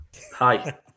Hi